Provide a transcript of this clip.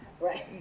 Right